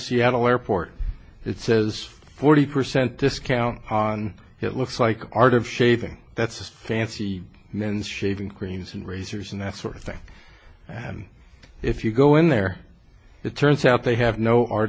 seattle airport it says forty percent discount on it looks like art of shaving that's just fancy men's shaving cream and razors and that sort of thing and if you go in there it turns out they have no art